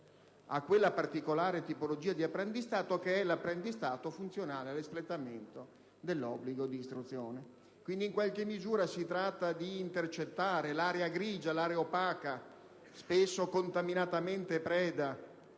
a quella particolare tipologia di apprendistato che è l'apprendistato funzionale all'espletamento dell'obbligo di istruzione. Quindi, in qualche misura si tratta di intercettare l'area grigia e opaca, spesso contaminatamente preda